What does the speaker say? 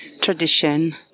tradition